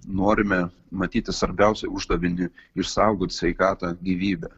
norime matyti svarbiausią uždavinį išsaugoti sveikatą gyvybę